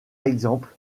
exemple